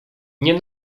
nie